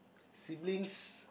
siblings